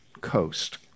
coast